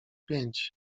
pięć